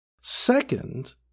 Second